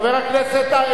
חבר הכנסת,